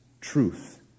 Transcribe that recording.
truth